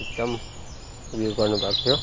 एकदम उयो गर्नुभएको थियो